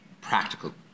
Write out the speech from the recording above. practical